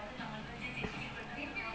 என்ன:enna shoe